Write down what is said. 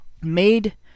made